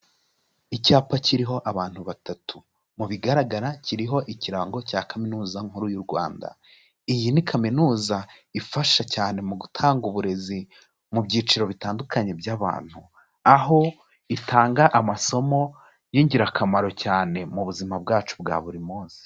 Icyapa kiriho abantu batatu, mu bigaragara kiriho ikirango cya kaminuza nkuru y'u Rwanda, iyi ni kaminuza ifasha cyane mu gutanga uburezi mu byiciro bitandukanye by'abantu, aho itanga amasomo y'ingirakamaro cyane mu buzima bwacu bwa buri munsi.